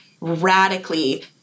radically